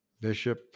Bishop